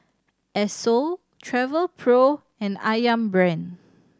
Esso Travelpro and Ayam Brand